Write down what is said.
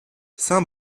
saint